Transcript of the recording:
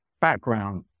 background